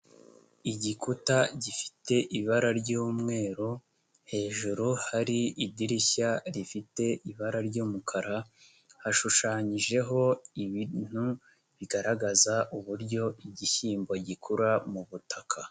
Igikuta gifite ibara ry'umweru, hejuru hari idirishya rifite ibara ry'umukara, hashushanyijeho ibintu bigaragaza uburyo igishyimbo gikura mu butaka.